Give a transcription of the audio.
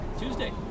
Tuesday